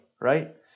right